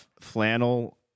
flannel